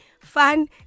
fun